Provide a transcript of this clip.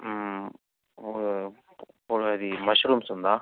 కూర అది మష్రూమ్స్ ఉందా